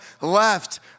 left